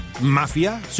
mafia